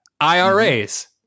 IRAs